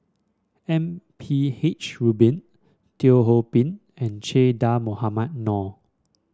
M P H Rubin Teo Ho Pin and Che Dah Mohamed Noor